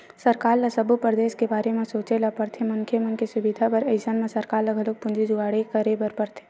सरकार ल सब्बो परदेस के बारे म सोचे ल परथे मनखे मन के सुबिधा बर अइसन म सरकार ल घलोक पूंजी जुगाड़ करे बर परथे